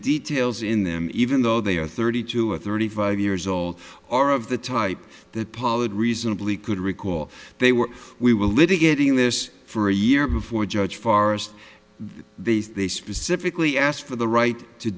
details in them even though they are thirty two or thirty five years old or of the type that pollard reasonably could recall they were we were litigating this for a year before judge forrest these they specifically asked for the right to